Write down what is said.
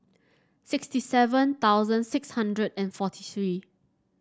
sixty seven thousand six hundred and forty three